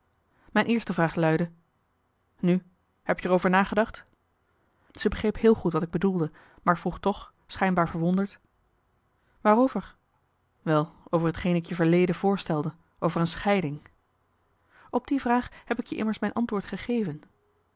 mijn eerste vraag luidde nu heb je er over nagedacht zij begreep heel goed wat ik bedoelde maar vroeg toch schijnbaar verwonderd waarover wel over t geen ik je verleden voorstelde over een scheiding op die vraag heb ik je immers mijn antwoord gegeven